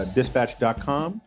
dispatch.com